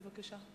בבקשה.